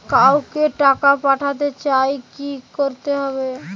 কাউকে টাকা পাঠাতে চাই কি করতে হবে?